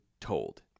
told